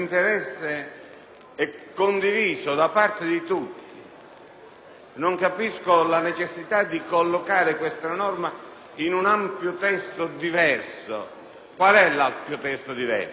non capisco la necessità di collocare questa norma in un ampio testo diverso. Quale è questo testo? Stiamo parlando di riciclaggio e autoriciclaggio,